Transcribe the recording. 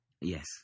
Yes